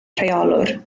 rheolwr